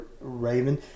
Raven